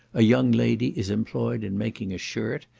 a young lady is employed in making a shirt,